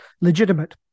legitimate